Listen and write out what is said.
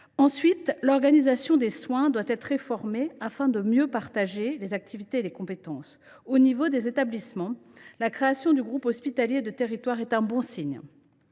Ensuite, l’organisation des soins doit être réformée, afin de mieux partager les activités et les compétences. Au niveau des établissements, la création du GHT est un bon signe,